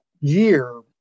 year